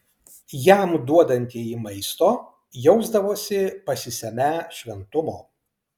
jam duodantieji maisto jausdavosi pasisemią šventumo